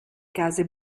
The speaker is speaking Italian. case